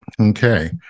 Okay